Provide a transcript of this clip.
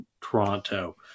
Toronto